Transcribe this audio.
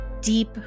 deep